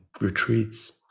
retreats